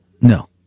No